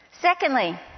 Secondly